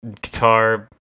guitar